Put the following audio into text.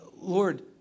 Lord